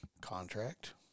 Contract